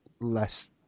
less